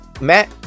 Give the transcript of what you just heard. matt